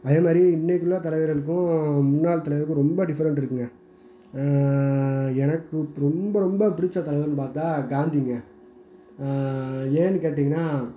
அதேமாதிரி இன்றைக்கி உள்ள தலைவர்களுக்கும் முன்னாள் தலைவருக்கும் ரொம்ப டிஃபரெண்ட்ருக்குங்க எனக்கு இப்போ ரொம்ப ரொம்ப பிடிச்ச தலைவருன்னு பார்த்தா காந்திங்க ஏன்னு கேட்டீங்கன்னா